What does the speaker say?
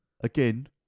Again